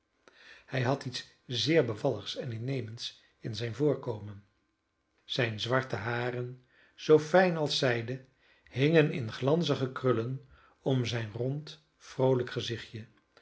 hij had iets zeer bevalligs en innemends in zijn voorkomen zijne zwarte haren zoo fijn als zijde hingen in glanzige krullen om zijn rond vroolijk gezichtje